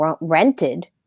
rented